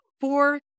four